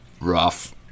rough